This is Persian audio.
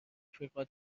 آفریقا